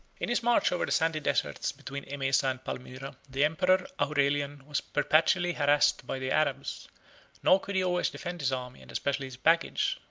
in his march over the sandy desert between emesa and palmyra, the emperor aurelian was perpetually harassed by the arabs nor could he always defend his army, and especially his baggage,